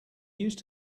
used